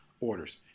orders